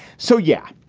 so, yeah,